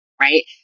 right